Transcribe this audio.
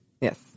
Yes